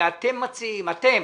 ואתם מציעים, אתם,